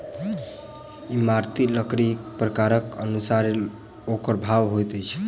इमारती लकड़ीक प्रकारक अनुसारेँ ओकर भाव होइत छै